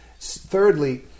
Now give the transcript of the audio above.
Thirdly